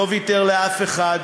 לא ויתר לאף אחד,